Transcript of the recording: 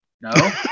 No